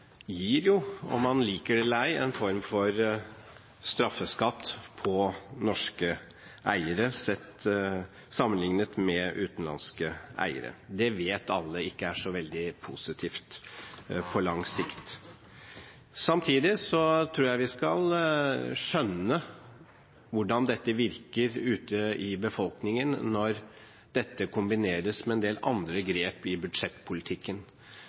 gir – enten man liker det eller ei – en form for straffeskatt på norske eiere, sammenlignet med utenlandske eiere. Det vet alle ikke er så veldig positivt på lang sikt. Samtidig tror jeg vi skal skjønne hvordan dette virker ute i befolkningen når dette kombineres med en del andre grep i budsjettpolitikken.